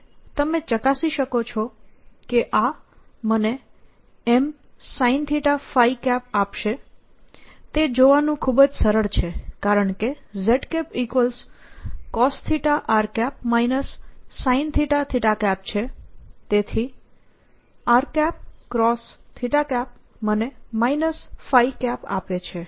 અને તમે ચકાસી શકો છો કે આ મને Msinθ આપશે તે જોવાનું ખૂબ જ સરળ છે કારણ કે zcosθ r sinθ છે તેથી r મને આપે છે